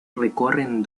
recorren